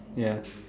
ya